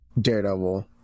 Daredevil